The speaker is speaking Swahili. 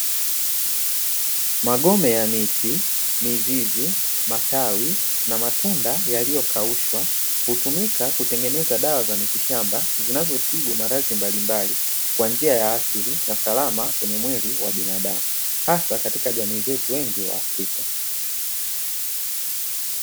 Magome ya miti, mizizi, matawi, na matunda yaliyokaushwa hutumika kutengeneza dawa za asili za miti shamba, zinazotibu maradhi mbalimbali kwa njia ya asili na salama kwenye mwili wa binadamu, hasa katika jamii zetu nyingi za Afrika.